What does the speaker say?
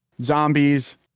zombies